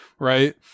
right